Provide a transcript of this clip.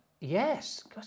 Yes